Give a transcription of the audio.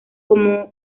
como